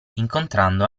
incontrando